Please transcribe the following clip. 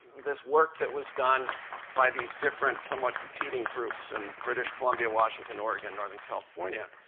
this work that was done by these different somewhat competing groups in british columbia, washington, oregon, northern california,